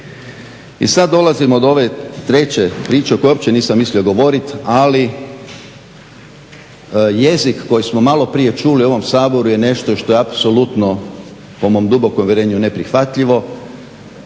I sada dolazimo do ove treće priče o kojoj uopće nisam mislio govoriti, ali jezik koji smo malo prije čuli u ovom Saboru je nešto što je apsolutno po mom dubokom uvjerenju neprihvatljivo.